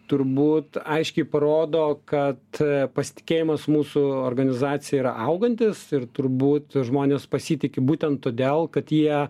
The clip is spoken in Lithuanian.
turbūt aiškiai parodo kad pasitikėjimas mūsų organizacija yra augantis ir turbūt žmonės pasitiki būtent todėl kad jie